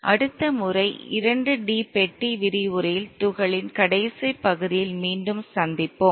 அடுத்த முறை இரண்டு டி பெட்டி விரிவுரையில் துகளின் கடைசி பகுதியில் மீண்டும் சந்திப்போம்